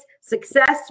Success